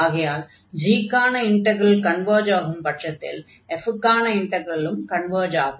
ஆகையால் g க்கான integral converge ஆகும் பட்சத்தில் f க்கான இன்டக்ரலும் கன்வர்ஜ் ஆகும்